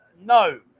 no